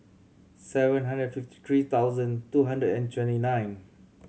seven hundred and fifty three thousand two hundred and twenty nine